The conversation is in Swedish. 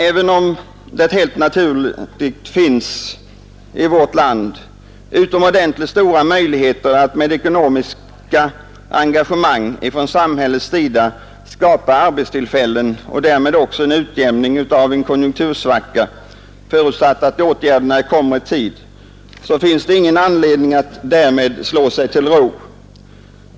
Även om det helt naturligt i vårt land finns utomordentligt stora möjligheter att med ekonomiskt engagemang från samhällets sida skapa arbetstillfällen och därmed en utjämning av en konjunktursvacka, förutsatt att åtgärderna kommer i tid, har man ingen anledning att därmed slå sig till ro.